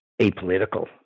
apolitical